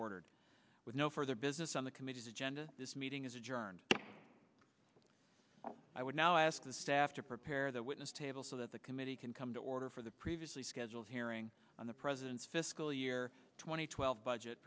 ordered with no further business on the committee's agenda this meeting is adjourned i would now ask the staff to prepare the witness table so that the committee can come to order for the previously scheduled hearing on the president's fiscal year two thousand and twelve budget